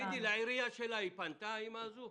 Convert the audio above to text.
האימא הזו פנתה לעירייה שלה?